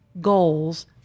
goals